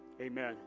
amen